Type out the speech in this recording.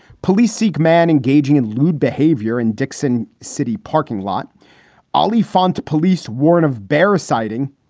police, sikh man engaging in lewd behavior in dickson city parking lot ali font. police warn of bear sighting.